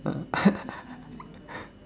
ah